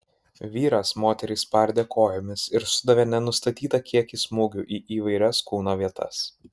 vyras moterį spardė kojomis ir sudavė nenustatytą kiekį smūgių į įvairias kūno vietas